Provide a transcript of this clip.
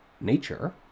nature